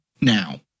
now